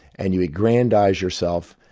and you aggrandise yourself,